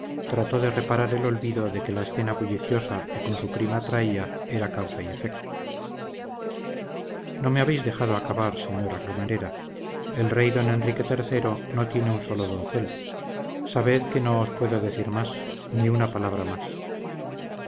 trató de reparar el olvido de que la escena bulliciosa que con su prima traía era causa y efecto no me habéis dejado acabar señora camarera el rey don enrique iii no tiene un solo doncel sabed que no os puedo decir más ni una palabra más